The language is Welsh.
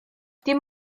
dim